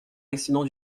accident